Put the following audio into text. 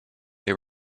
they